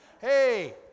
Hey